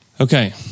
Okay